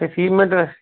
ਅਤੇ ਸੀਮਿੰਟ